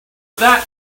that